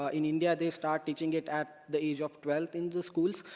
ah in india, they start teaching it at the age of twelve in the schools,